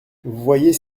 voyez